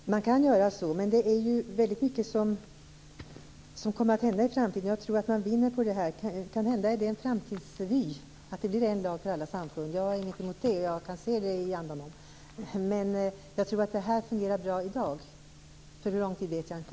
Fru talman! Man kan göra så. Men det är väldigt mycket som kommer att hända i framtiden. Jag tror att man vinner på att resonera så. Kanhända är detta en framtidsvy att det blir en lag för alla samfund. Jag har ingenting emot det. Jag kan se det i andanom. Men jag tror att detta fungera bra i dag. För hur lång tid vet jag inte.